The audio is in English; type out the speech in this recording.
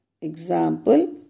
Example